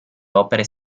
opere